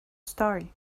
story